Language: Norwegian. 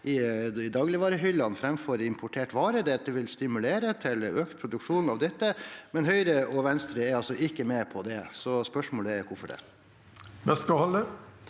i dagligvarehyllene framfor importerte varer. Det vil også stimulere til økt produksjon. Høyre og Venstre er altså ikke med på det. Spørsmålet er: Hvorfor ikke?